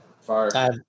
Fire